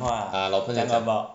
ah 老朋友讲